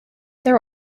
there